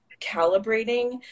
calibrating